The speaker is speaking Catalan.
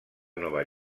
nova